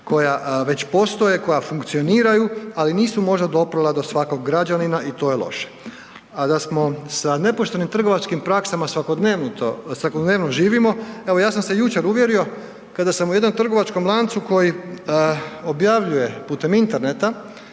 koja već postoje, koja funkcioniraju, ali nisu možda doprla do svakog građanina i to je loše. A da smo sa nepoštenim trgovačkim praksama svakodnevno živimo, evo ja sam se jučer uvjerio kada sam u jednom trgovačkom lancu koji objavljuje putem Interneta